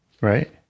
Right